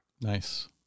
Nice